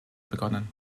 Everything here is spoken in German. begonnen